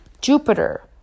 Jupiter